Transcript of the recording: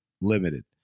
limited